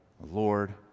Lord